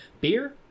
Beer